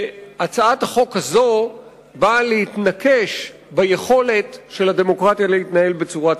והצעת החוק הזאת נועדה להתנקש ביכולת של הדמוקרטיה להתנהל בצורה תקינה.